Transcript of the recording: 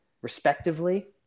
respectively